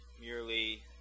merely